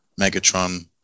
Megatron